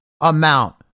amount